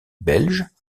belge